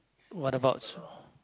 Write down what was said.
what about s~